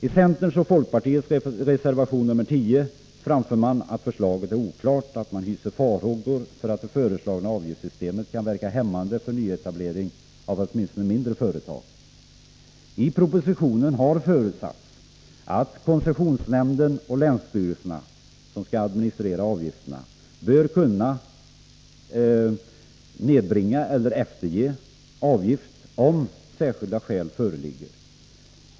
I centerns och folkpartiets reservation nr 10 framför man att förslaget är oklart, och man hyser farhågor för att det föreslagna avgiftssystemet kan verka hämmande för nyetablering av åtminstone mindre företag. I propositionen har förutsatts att koncessionsnämnden och länsstyrelserna, som skall administrera avgifterna, bör kunna nedbringa eller efterge avgift om särskilda skäl föreligger.